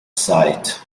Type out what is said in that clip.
sighed